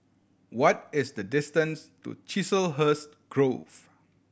what is the distance to Chiselhurst Grove